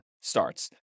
starts